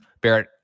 Barrett